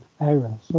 area